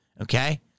okay